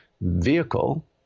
vehicle